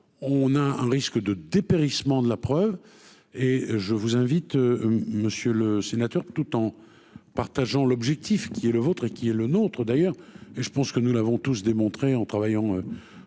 on a un risque de dépérissement de la preuve et je vous invite monsieur le sénateur tout en partageant l'objectif qui est le vôtre et qui est le nôtre d'ailleurs et je pense que nous l'avons tous démontré en travaillant